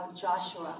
Joshua